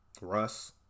Russ